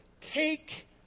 Take